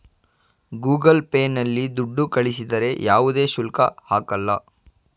Google Pay ನಲ್ಲಿ ದುಡ್ಡು ಕಳಿಸಿದರೆ ಯಾವುದೇ ಶುಲ್ಕ ಹಾಕಲ್ಲ